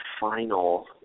final